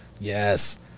Yes